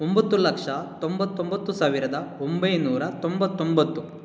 ಒಂಬತ್ತು ಲಕ್ಷ ತೊಂಬತ್ತೊಂಬತ್ತು ಸಾವಿರದ ಒಂಬೈನೂರ ತೊಂಬತ್ತೊಂಬತ್ತು